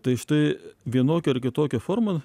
tai štai vienokia ar kitokia forma